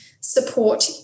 support